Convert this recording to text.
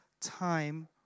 time